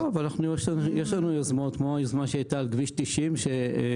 יש לנו יוזמות כמו היוזמה שהייתה על כביש 90 שפנינו